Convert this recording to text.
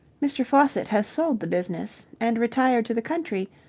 mr. faucitt has sold the business and retired to the country,